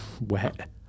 Wet